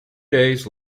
days